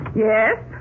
Yes